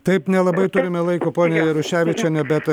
taip nelabai turime laiko pone jaruševičiene bet